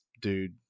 dude